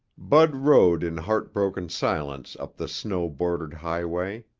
bud rode in heartbroken silence up the snow-bordered highway.